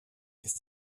ist